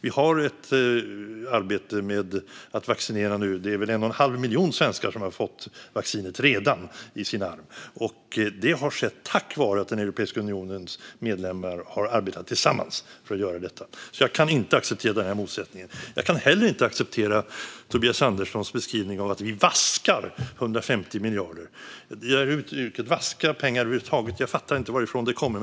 Vi har ett arbete med att vaccinera nu, och det är väl 1 1⁄2 miljon svenskar som har fått vaccinet i sin arm redan. Det har skett tack vare att Europeiska unionens medlemmar har arbetat tillsammans för att göra detta. Jag kan därför inte acceptera den här motsättningen. Jag kan heller inte acceptera Tobias Anderssons beskrivning av att vi "vaskar" 150 miljarder. Uttrycket "vaska pengar" fattar jag över huvud taget inte varifrån det kommer.